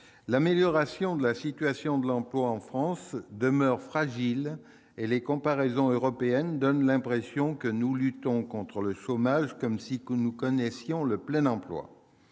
l'amélioration de la situation de l'emploi en France demeure fragile et les comparaisons européennes donnent l'impression que nous luttons contre le chômage comme si nous connaissions le plein emploi.